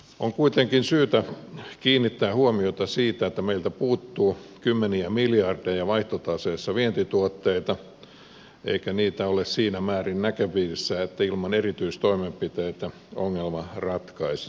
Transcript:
on kuitenkin syytä kiinnittää huomiota siihen että meiltä puuttuu kymmeniä miljardeja vaihtotaseessa vientituotteita eikä niitä ole siinä määrin näköpiirissä että ilman erityistoimenpiteitä ongelma ratkaistaisiin